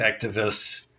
activists